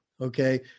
okay